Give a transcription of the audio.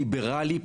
ליברלי,